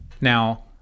Now